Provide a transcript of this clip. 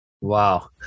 Wow